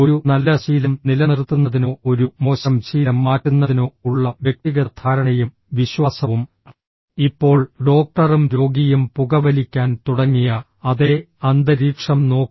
ഒരു നല്ല ശീലം നിലനിർത്തുന്നതിനോ ഒരു മോശം ശീലം മാറ്റുന്നതിനോ ഉള്ള വ്യക്തിഗത ധാരണയും വിശ്വാസവും ഇപ്പോൾ ഡോക്ടറും രോഗിയും പുകവലിക്കാൻ തുടങ്ങിയ അതേ അന്തരീക്ഷം നോക്കൂ